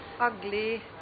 ugly